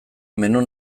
menu